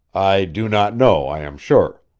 i do not know, i am sure.